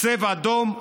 צבע אדום.